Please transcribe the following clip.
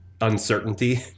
uncertainty